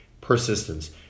Persistence